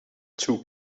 two